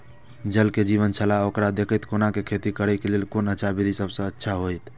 ज़ल ही जीवन छलाह ओकरा देखैत कोना के खेती करे के लेल कोन अच्छा विधि सबसँ अच्छा होयत?